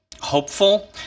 hopeful